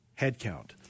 headcount